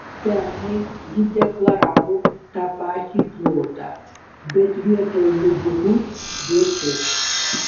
pernai ji deklaravo tą patį plotą bet vietoj lubinų kviečius